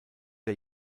der